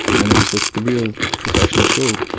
and it was like the real professional show,